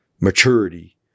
maturity